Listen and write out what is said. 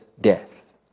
death